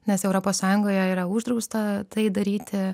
nes europos sąjungoje yra uždrausta tai daryti